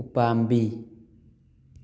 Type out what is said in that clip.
ꯎꯄꯥꯝꯕꯤ